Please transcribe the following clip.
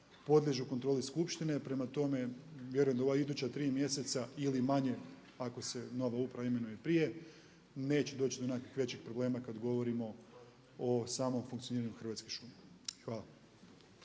podliježu kontroli skupštine. Prema tome, vjerujem da u ova iduća tri mjeseca ili manje ako se nova uprava imenuje i prije, neće doći do nekakvih većih problema kada govorimo o samom funkcioniranju Hrvatskih šuma.